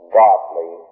godly